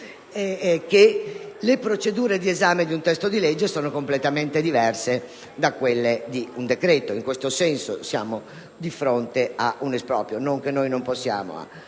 che le procedure d'esame di un testo di legge sono completamente diverse da quelle di un decreto, ed è per questo che siamo di fronte ad un esproprio, non perché non se ne possa